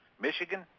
Michigan